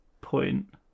Point